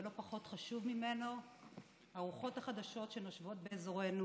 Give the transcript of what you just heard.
ולא פחות חשוב ממנו הרוחות החדשות שנושבות באזורנו